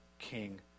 king